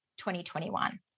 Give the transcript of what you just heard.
2021